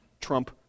trump